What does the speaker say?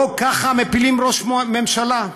לא ככה מפילים ראש ממשלה.